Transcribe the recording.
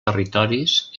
territoris